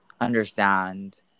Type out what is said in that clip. understand